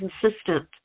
consistent